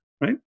right